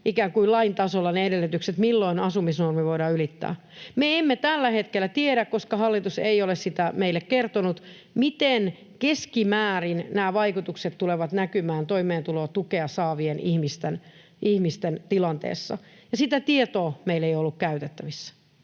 ikään kuin lain tasolla ne edellytykset, milloin asumisnormi voidaan ylittää... Me emme tällä hetkellä tiedä, koska hallitus ei ole sitä meille kertonut, miten keskimäärin nämä vaikutukset tulevat näkymään toimeentulotukea saavien ihmisten tilanteessa. Sitä tietoa meillä ei ollut käytettävissä,